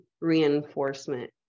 reinforcement